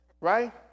right